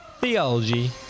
theology